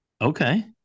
okay